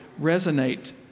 resonate